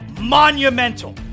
monumental